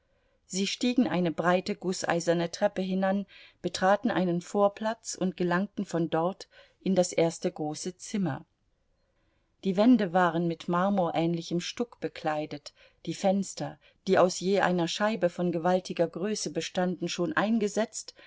sie stiegen eine breite gußeiserne treppe hinan betraten einen vorplatz und gelangten von dort in das erste große zimmer die wände waren mit marmorähnlichem stuck bekleidet die fenster die aus je einer scheibe von gewaltiger größe bestanden schon eingesetzt